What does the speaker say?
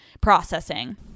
processing